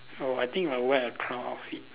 oh I think might wear a clown outfit